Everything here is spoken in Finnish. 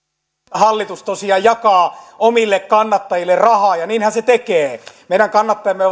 hallitus tosiaan jakaa omille kannattajilleen rahaa ja niinhän se tekee meidän kannattajamme